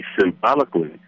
symbolically